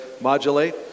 modulate